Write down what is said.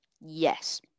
Yes